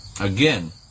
Again